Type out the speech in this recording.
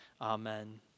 Amen